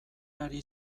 ari